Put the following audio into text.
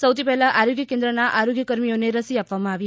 સૌથી પહેલા આરોગ્ય કેન્દ્રના આરોગ્યકર્મીઓને રસી આપવામાં આવી હતી